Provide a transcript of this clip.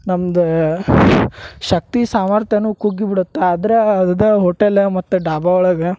ನಮ್ದ ಶಕ್ತಿ ಸಾಮರ್ಥ್ಯನೂ ಕುಗ್ಗಿ ಬಿಡತ್ತ ಆದ್ರ ಅದ ಹೋಟೆಲ ಮತ್ತೆ ಡಾಬಾ ಒಳಗೆ